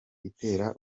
itera